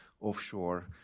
offshore